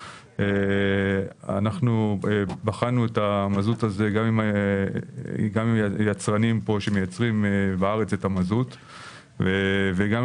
בחנו את המזוט הזה גם עם יצרנים שמייצרים בארץ את המזוט והגענו